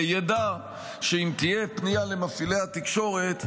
ידע שאם תהיה פנייה למפעילי התקשורת,